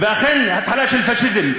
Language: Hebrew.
ואכן זו התחלה של פאשיזם,